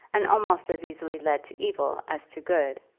and almost as easily led to evil as to good.